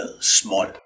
small